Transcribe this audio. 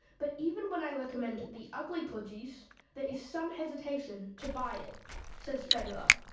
but even when i recommend the ugly produce there is some hesitation to buy it says federer,